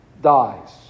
Dies